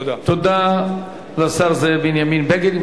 תודה לשר זאב בנימין בגין.